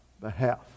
behalf